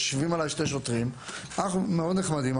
יושבים עליי שני שוטרים מאוד נחמדים.